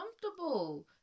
comfortable